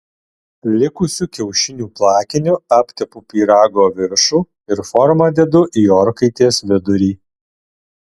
likusiu kiaušinių plakiniu aptepu pyrago viršų ir formą dedu į orkaitės vidurį